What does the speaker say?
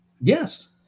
Yes